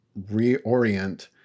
reorient